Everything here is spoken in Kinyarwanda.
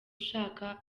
ushaka